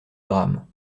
drame